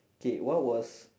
K what was